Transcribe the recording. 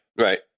right